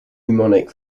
mnemonic